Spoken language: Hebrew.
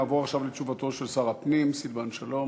נעבור עכשיו לתשובתו של שר הפנים סילבן שלום.